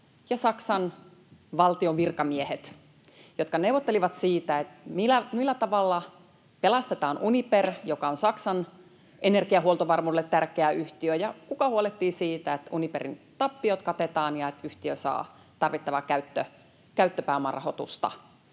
ja Saksan valtion virkamiehet, jotka neuvottelivat siitä, millä tavalla pelastetaan Uniper, joka on Saksan energiahuoltovarmuudelle tärkeä yhtiö, ja kuka huolehtii siitä, että Uniperin tappiot katetaan ja että yhtiö saa tarvittavaa käyttöpääomarahoitusta.